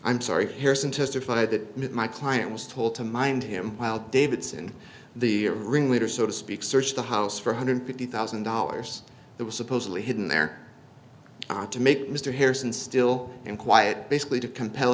i'm sorry harrison testified that my client was told to mind him while davidson the ringleader so to speak searched the house for hundred fifty thousand dollars that was supposedly hidden there to make mr harrison still and quiet basically to compel